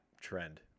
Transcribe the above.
trend